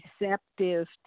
receptive